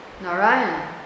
Narayan